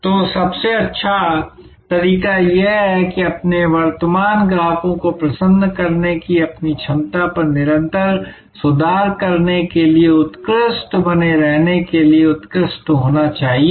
तो सबसे अच्छा तरीका यह है कि अपने वर्तमान ग्राहकों को प्रसन्न करने की अपनी क्षमता पर निरंतर सुधार करने के लिए उत्कृष्ट बने रहने के लिए उत्कृष्ट होना चाहिए